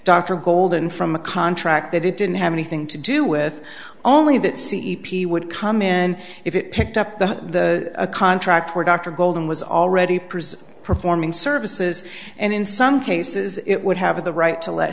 dr golden from a contract that it didn't have anything to do with only that c e p would come in if it picked up the a contract where dr golden was already present performing services and in some cases it would have the right to let